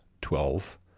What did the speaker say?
twelve